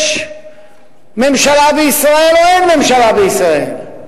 יש ממשלה בישראל או אין ממשלה בישראל?